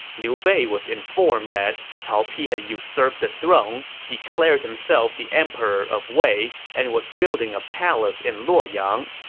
liu bei was informed that cao pi had usurped the throne, declared himself the emperor of wei, and was building a palace in luoyang.